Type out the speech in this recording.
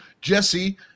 Jesse